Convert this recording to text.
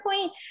point